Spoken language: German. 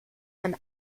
ein